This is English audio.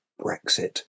Brexit